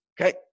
okay